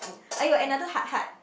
!aiyo! another heart heart